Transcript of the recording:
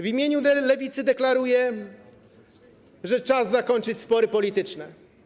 W imieniu Lewicy deklaruję: czas zakończyć spory polityczne.